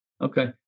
Okay